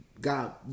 God